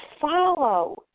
follow